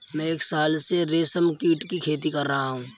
मैं एक साल से रेशमकीट की खेती कर रहा हूँ